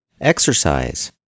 Exercise